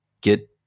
get